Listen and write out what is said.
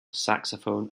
saxophone